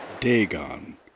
Dagon